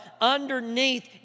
underneath